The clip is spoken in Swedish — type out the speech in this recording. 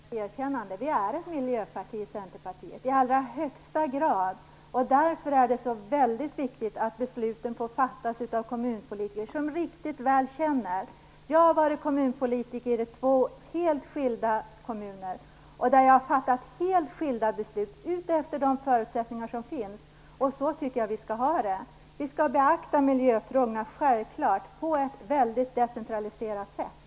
Fru talman! Äntligen har Owe Hellberg givit oss ett erkännande. Centerpartiet är ett miljöparti i allra högsta grad. Därför är det så väldigt viktigt att besluten får fattas av kommunpolitiker som riktigt väl känner till förutsättningarna. Jag har varit kommunpolitiker i två helt skilda kommuner och fattat helt skilda beslut utifrån de förutsättningar som funnits. Så tycker jag att vi skall ha det. Självklart skall vi beakta miljöfrågorna - på ett väldigt decentraliserat sätt.